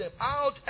out